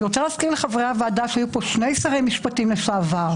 אני רוצה להזכיר לחברי הוועדה שהיו פה שני שרי משפטים לשעבר,